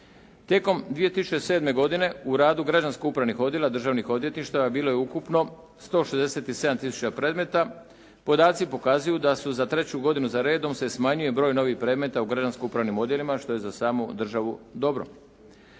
Tijekom 2007. godine u radu građansko-upravnih odjela državnih odvjetništava bilo je ukupno 167 tisuća predmeta. Podaci pokazuju da su za treću godinu za redom se smanjuje broj novih predmeta u građansko-upravnim odjelima što je za samu državu dobro.